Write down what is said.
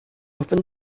opened